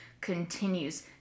continues